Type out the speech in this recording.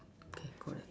okay correct